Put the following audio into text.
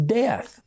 death